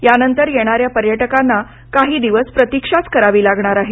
यानंतर येणाऱ्या पर्यटकांना काही दिवस प्रतिक्षाच करावी लागणार आहे